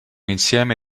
insieme